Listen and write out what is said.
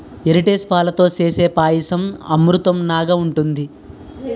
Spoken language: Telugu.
ఎరిటేజు పాలతో సేసే పాయసం అమృతంనాగ ఉంటది